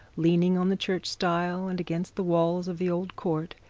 leaning on the church stile, and against the walls of the old court,